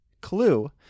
Clue